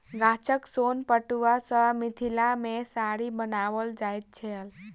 गाछक सोन पटुआ सॅ मिथिला मे साड़ी बनाओल जाइत छल